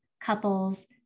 couples